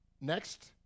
Next